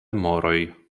moroj